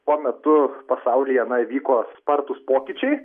tuo metu pasaulyje vyko spartūs pokyčiai